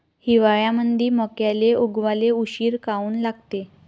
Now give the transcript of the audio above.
हिवाळ्यामंदी मक्याले उगवाले उशीर काऊन लागते?